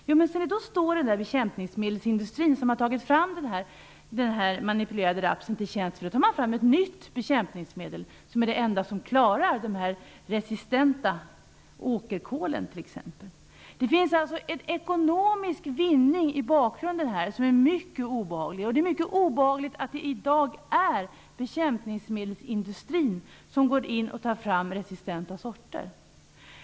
Jo, då tar bekämpningsmedelsindustrin, som tagit fram den manipulerade rapsen, fram ett nytt bekämpningsmedel som är det enda som klarar de resistenta sorterna, t.ex. åkerkålen. Det finns alltså en ekonomisk vinning i bakgrunden som är mycket obehaglig. Det är mycket obehagligt att bekämpningsmedelsindustrin i dag tar fram resistenta sorter.